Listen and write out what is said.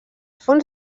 fons